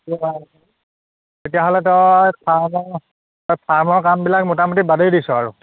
সেইটো হয় তেতিয়াহ'লে তই ফাৰ্মৰ তই ফাৰ্মৰ কামবিলাক মোটামুটি বাদেই দিছ আৰু